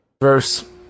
Verse